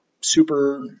super